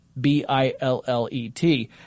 B-I-L-L-E-T